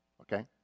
okay